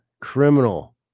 Criminal